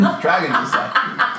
Dragon's